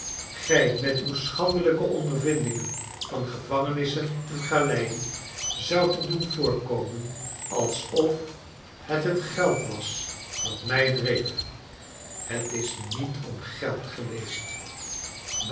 g-ij met uw schandelijke ondervindingen van gevangenissen en galeien zoudt her doen voorkomen alsof het het geld was dat mij dreef het is niet om het geld geweest